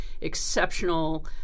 exceptional